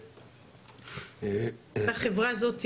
והחברה הזאת,